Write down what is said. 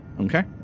Okay